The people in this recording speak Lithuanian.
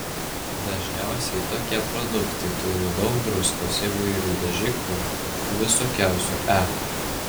dažniausiai tokie produktai turi daug druskos įvairių dažiklių visokiausių e